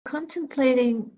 Contemplating